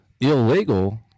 illegal